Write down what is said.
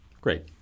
Great